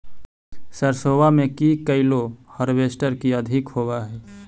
सरसोबा मे की कैलो हारबेसटर की अधिक होब है?